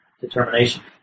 determination